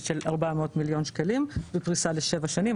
של 400 מיליון שקלים ופריסה לשבע שנים,